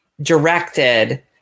directed